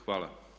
Hvala.